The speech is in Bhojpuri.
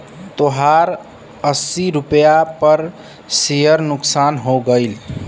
तोहार अस्सी रुपैया पर सेअर नुकसान हो गइल